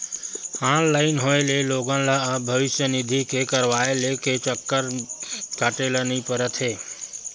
online होए ले लोगन ल अब भविस्य निधि के कारयालय के चक्कर काटे ल नइ परत हे